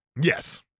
Yes